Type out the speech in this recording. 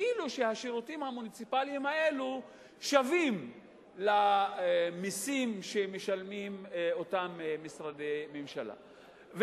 כאילו השירותים המוניציפליים האלה שווים למסים שמשרדי ממשלה משלמים,